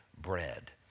bread